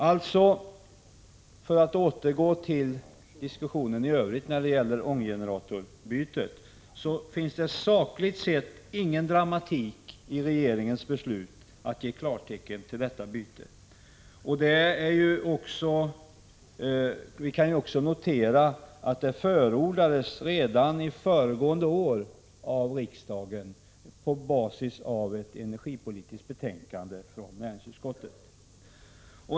Alltså — för att återgå till diskussionen i övrigt om ånggeneratorbytet — finns det sakligt sett ingen dramatik i regeringens beslut att ge klartecken till detta byte. Vi kan också notera att detta förordades redan föregående år av riksdagen på basis av ett energipolitiskt betänkande från näringsutskottet.